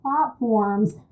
platforms